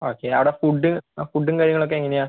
okay അവിടെ food ആ ഫുഡും കാര്യങ്ങളൊക്കെ എങ്ങനെയാണ്